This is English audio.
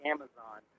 Amazon